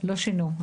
לא שינו.